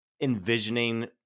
envisioning